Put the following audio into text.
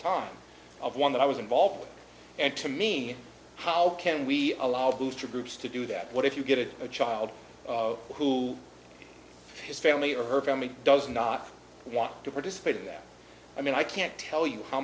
top of one that i was involved and to me how can we allow those two groups to do that what if you get a child who has family or her family does not want to participate in that i mean i can't tell you how